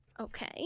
Okay